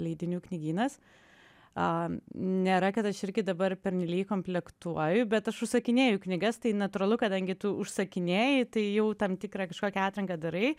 leidinių knygynas nėra kad aš irgi dabar pernelyg komplektuoju bet aš užsakinėju knygas tai natūralu kadangi tu užsakinėji tai jau tam tikrai kažkokią atranką darai